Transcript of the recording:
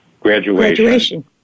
graduation